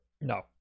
No